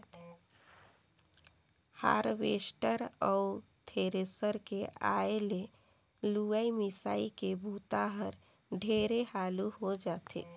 harvester अउ thresher के आए ले लुवई, मिंसई के बूता हर ढेरे हालू हो जाथे